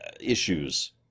issues